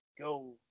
go